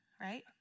right